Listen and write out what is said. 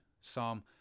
Psalm